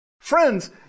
Friends